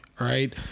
Right